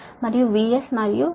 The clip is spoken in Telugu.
మరియు VS మరియు I మధ్య కోణం S